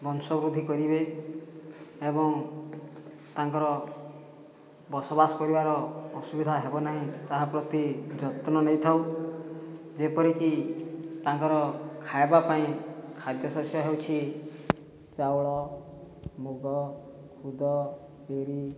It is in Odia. ବଂଶ ବୃଦ୍ଧି କରିବେ ଏବଂ ତାଙ୍କର ବସବାସ କରିବାର ଅସୁବିଧା ହେବ ନାହିଁ ତାହା ପ୍ରତି ଯତ୍ନ ନେଇଥାଉ ଯେପରିକି ତାଙ୍କର ଖାଇବା ପାଇଁ ଖାଦ୍ୟ ଶସ୍ୟ ହେଉଛି ଚାଉଳ ମୁଗ ଖୁଦ ବିରି